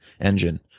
engine